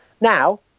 now